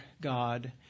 God